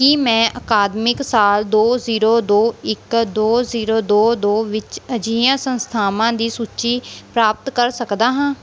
ਕੀ ਮੈਂ ਅਕਾਦਮਿਕ ਸਾਲ ਦੋ ਜ਼ੀਰੋ ਦੋ ਇੱਕ ਦੋ ਜ਼ੀਰੋ ਦੋ ਦੋ ਵਿੱਚ ਅਜਿਹੀਆਂ ਸੰਸਥਾਵਾਂ ਦੀ ਸੂਚੀ ਪ੍ਰਾਪਤ ਕਰ ਸਕਦਾ ਹਾਂ